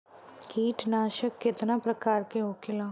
कीटनाशक कितना प्रकार के होखेला?